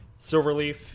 Silverleaf